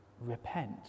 repent